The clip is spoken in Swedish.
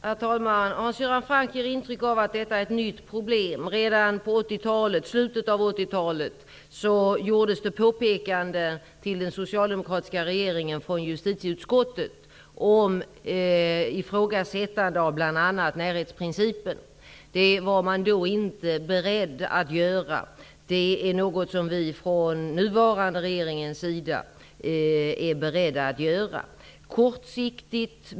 Herr talman! Hans Göran Franck ger intryck av att detta är ett nytt problem. Redan i slutet av 80-talet gjorde justitieutskottet vissa påpekanden till den socialdemokratiska regeringen om bl.a. närhetsprincipen. Regeringen var då inte beredd att ifrågasätta denna, men vi är från den nuvarande regeringens sida beredda att göra detta.